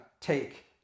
take